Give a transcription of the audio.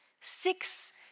Six